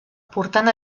portant